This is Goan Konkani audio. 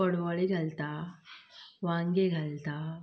पडवळीं घालता वांगें घालता